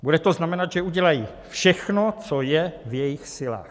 Bude to znamenat, že udělají všechno, co je v jejich silách.